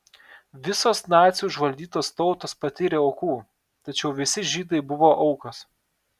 visos nacių užvaldytos tautos patyrė aukų tačiau visi žydai buvo aukos